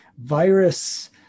virus